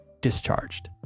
discharged